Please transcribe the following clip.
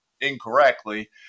incorrectly